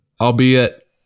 albeit